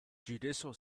judicial